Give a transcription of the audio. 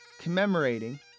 commemorating